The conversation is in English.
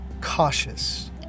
cautious